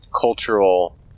cultural